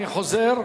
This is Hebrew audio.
אני חוזר,